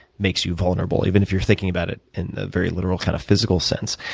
makes you vulnerable, even if you're thinking about it in a very literal, kind of physical sense.